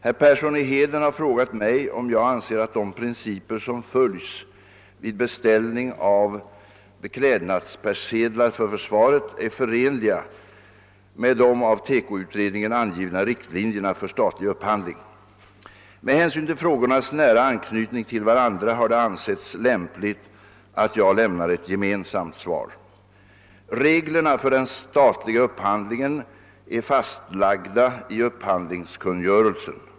Herr Persson i Heden har frågat mig om jag anser att de principer som följs vid beställning av beklädnadspersedlar för försvaret är förenliga med de av TEKO-utredningen angivna riktlinjerna för statlig upphandling. Med hänsyn till frågornas nära anknytning till varandra har det ansetts lämpligt att jag lämnar ett gemensamt svar. Reglerna för den statliga upphandlingen är fastlagda i upphandlingskungörelsen.